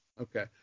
Okay